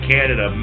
Canada